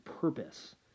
purpose